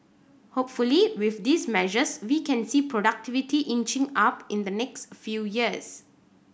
hopefully with these measures we can see productivity inching up in the next few years